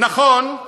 נכון,